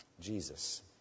Jesus